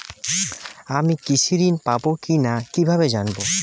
আমি কৃষি ঋণ পাবো কি না কিভাবে জানবো?